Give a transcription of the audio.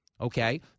Okay